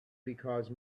because